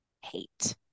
hate